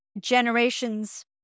generations